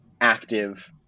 active